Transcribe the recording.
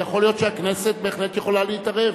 יכול להיות שהכנסת בהחלט יכולה להתערב.